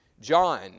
John